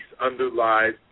underlies